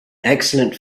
excellent